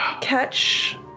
catch